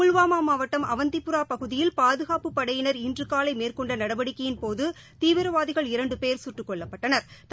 புல்வாமாமாவட்டம் அவந்திபுறாபகுதியில் பாதுகாப்புப் படையினர் இன்றுகாவைமேற்கொண்டநடவடிக்கையின்போதுதீவிரவாதிகள் இரண்டுபோ் குட்டுக் கொல்லப்பட்டனா்